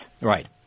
Right